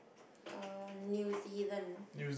uh new-zealand